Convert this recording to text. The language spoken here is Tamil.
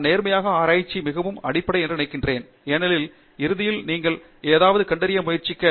எனவே நான் நேர்மையாக ஆராய்ச்சி மிகவும் அடிப்படை என்று நினைக்கிறேன் ஏனெனில் இறுதியில் நீங்கள் ஏதாவது கண்டறிய முயற்சி